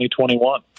2021